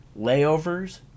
layovers